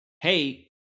hey